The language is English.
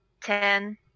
Ten